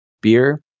beer